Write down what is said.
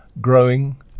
Growing